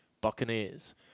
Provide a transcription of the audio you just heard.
Buccaneers